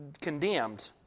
condemned